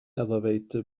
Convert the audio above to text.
elevator